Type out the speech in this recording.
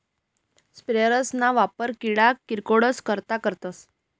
sprayers ना वापर किडा किरकोडस करता करतस